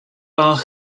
bach